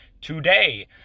today